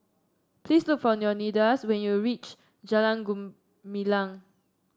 please look for Leonidas when you reach Jalan Gumilang